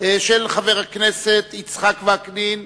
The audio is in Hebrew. של חבר הכנסת יצחק וקנין,